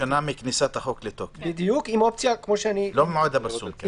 שנה מכניסת החוק לתוקף, לא ממועד הפרסום.